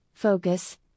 Focus